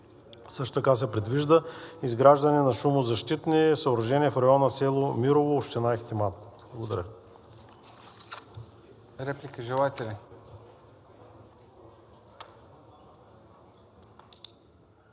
Също така се предвижда изграждане на шумозащитни съоръжения в района село Мирово, община Ихтиман. Благодаря.